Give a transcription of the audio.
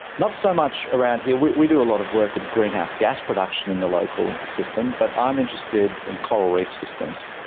not so much around here. we we do a lot of work with greenhouse gas production in the local system, but i'm interested in coral reef systems.